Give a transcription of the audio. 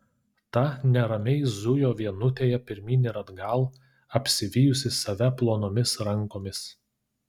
ta neramiai zujo vienutėje pirmyn ir atgal apsivijusi save plonomis rankomis